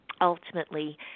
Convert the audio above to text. ultimately